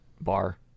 bar